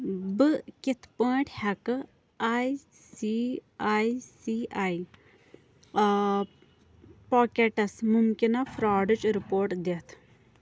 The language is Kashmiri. بہٕ کِتھ پٲٹھۍ ہٮ۪کہٕ I C I C I پاکیٚٹس ممکنہٕ فراڈٕچ ریورٹ دِتھ